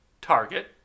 Target